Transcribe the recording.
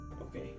Okay